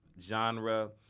genre